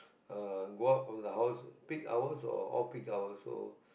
uh go out from the house peak hours or off peak hours so